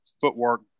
footwork